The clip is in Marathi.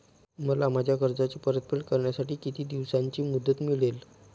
मला माझ्या कर्जाची परतफेड करण्यासाठी किती दिवसांची मुदत मिळेल?